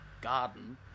garden